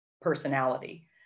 personality